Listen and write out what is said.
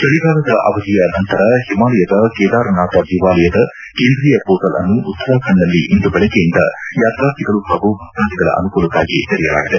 ಚಳಿಗಾಲದ ಅವಧಿಯ ನಂತರ ಹಿಮಾಲಯದ ಕೇದಾರನಾಥ ದೇವಾಲಯದ ಕೇಂದ್ರೀಯ ಪೋರ್ಟಲ್ ಅನ್ನು ಉತ್ತರಾಖಂಡ್ನಲ್ಲಿ ಇಂದು ಬೆಳಗ್ಗೆಯಿಂದ ಯಾತಾರ್ಥಿಗಳು ಹಾಗೂ ಭಕ್ತಾದಿಗಳ ಅನುಕೂಲಕ್ಷಾಗಿ ತೆರೆಯಲಾಗಿದೆ